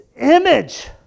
image